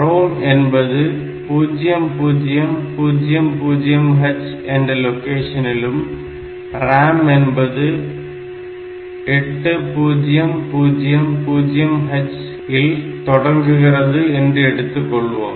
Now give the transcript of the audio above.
ROM என்பது 0000h என்ற லொகேஷனிலும் RAM என்பது 8000h இல் தொடங்குகிறது என்று எடுத்துக்கொள்வோம்